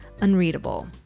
unreadable